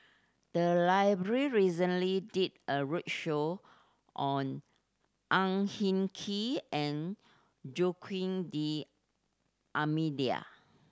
the library recently did a roadshow on Ang Hin Kee and Joaquim D'Almeida